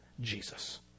Jesus